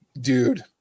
Dude